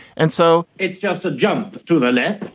and so it's just a jump to the left.